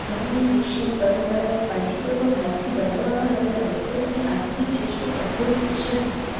અહીંની ફેશન પરંપરાઓ કાળજીપૂર્વક હાથથી બનાવામાં આવેલાં વસ્ત્રો અને આધુનિક ડ્રેસનો અદ્ભૂત મિશ્રણ છે